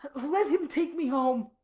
let him take me home.